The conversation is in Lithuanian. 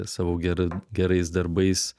savo gera gerais darbais